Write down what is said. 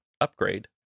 upgrade